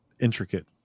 intricate